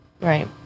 Right